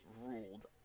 ruled